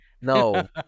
No